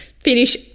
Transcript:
finish